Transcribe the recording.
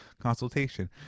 consultation